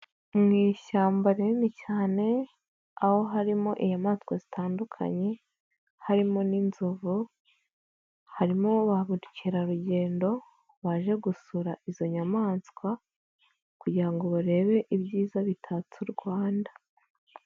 Mu ishyamba rinini cyane aho harimo inyamaswa zitandukanye harimo n'inzovu, harimo ba mukerarugendo baje gusura izo nyamaswa kugira ngo barebe ibyiza bitatse u Rwanda.